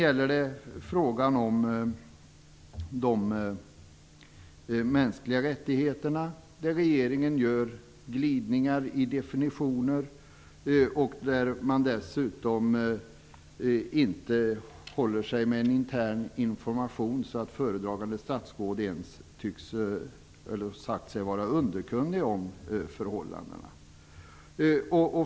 För det andra gör regeringen glidningar i definitioner när det gäller de mänskliga rättigheterna. Dessutom håller sig regeringen inte med en intern information, vilket gör att föredragande statsråd har sagt sig inte vara underkunnig om förhållandena.